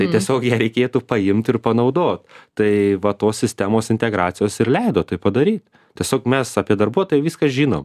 tai tiesiog ją reikėtų paimt ir panaudot tai va tos sistemos integracijos ir leido tai padaryt tiesiog mes apie darbuotoją viską žinom